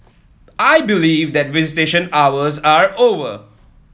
I believe that visitation hours are over